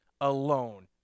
alone